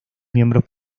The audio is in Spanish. miembros